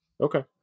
okay